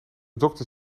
dokter